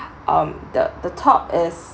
um the the top is